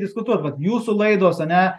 diskutuot vat jūsų laidos ane